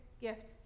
gift